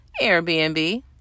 Airbnb